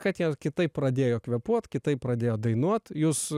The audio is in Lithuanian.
kad jie kitaip pradėjo kvėpuot kitaip pradėjo dainuot jūs